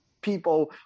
people